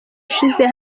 ushize